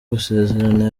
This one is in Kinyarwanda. gusezerana